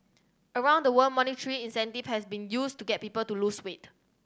around the world monetary incentive has been used to get people to lose weight